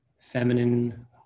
feminine